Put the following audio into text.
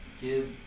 give